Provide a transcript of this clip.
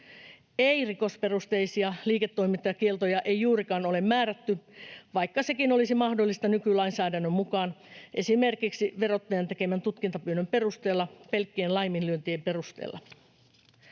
Ei-rikosperusteisia liiketoimintakieltoja ei juurikaan ole määrätty, vaikka sekin olisi mahdollista nykylainsäädännön mukaan esimerkiksi verottajan tekemän tutkintapyynnön perusteella pelkkien laiminlyöntien perusteella.